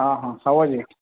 ଅହଃ ହେବଯେ